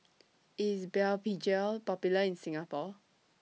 IS Blephagel Popular in Singapore